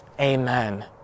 amen